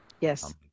Yes